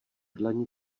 dlani